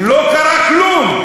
לא קרה כלום.